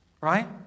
right